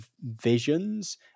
visions